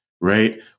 right